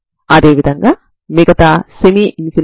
అదేవిధంగా k2 yLyL0 ని కూడా పొందుతారు